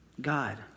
God